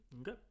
Okay